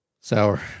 Sour